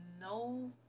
no